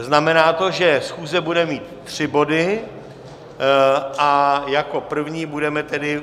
Znamená to, že schůze bude mít tři body, a jako první budeme tedy...